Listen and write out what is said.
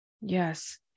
Yes